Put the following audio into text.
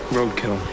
Roadkill